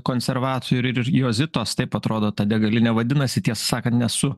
konservatorių ir jozitos taip atrodo ta degalinė vadinasi tiesą sakant nesu